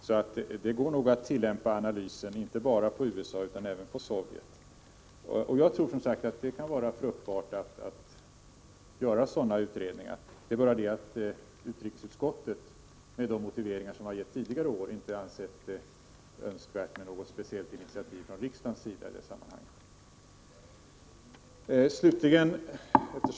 Så det går nog att tillämpa analysen inte bara på USA utan även på Sovjet. Jag tror som sagt att det kan vara fruktbart att göra sådana utredningar. Det är bara det att utrikesutskottet med de motiveringar som getts tidigare år, inte ansett det önskvärt med något speciellt initiativ från riksdagens sida i det sammanhanget.